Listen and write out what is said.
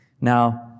now